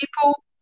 people